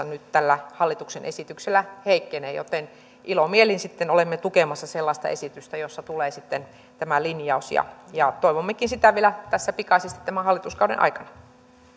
nyt tällä hallituksen esityksellä heikkenee ilomielin sitten olemme tukemassa sellaista esitystä jossa tulee sitten tämä linjaus ja ja toivommekin sitä tässä pikaisesti vielä tämän hallituskauden aikana